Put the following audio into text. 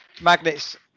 Magnets